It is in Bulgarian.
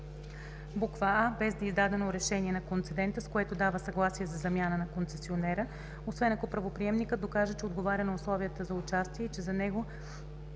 а) без да е издадено решение на концедента, с което дава съгласие за замяна на концесионера, освен ако правоприемникът докаже, че отговаря на условията за участие и че за него